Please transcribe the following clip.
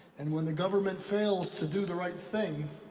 and when the government fails to do the right thing,